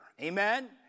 amen